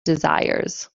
desires